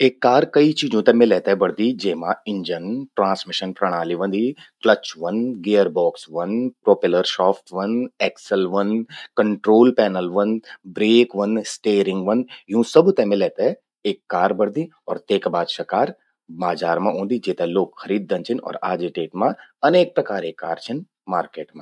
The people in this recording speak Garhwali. एक कार कई चीजों ते मिलै ते बणदि। जेमा इंजन, ट्रासमिशन प्रणाली व्हंदि, क्च व्हंद, गियर बॉक्स ह्वंद, प्रोपेलर सॉफ्ट व्हंद, एक्सेल व्हंद, कंट्रोल पैनल व्हंद, ब्रेक व्हंद, स्टेयरिंग व्हंदि यूं सबि ते मिले ते एक कार बणदि, तेका बाद स्या कार बाजार मां ऊंदि जेते लोग खरीददन छिन अर आजे डेट मां अनेक प्रकारे कार छिन मार्केट मां।